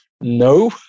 No